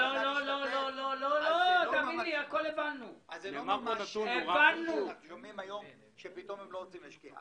פתאום אנחנו שומעים היום שהם לא רוצים להשקיע.